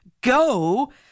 go